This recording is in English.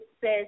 says